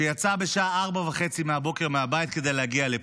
שיצא בשעה 04:30 מהבית כדי להגיע לפה.